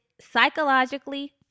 psychologically